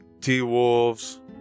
T-Wolves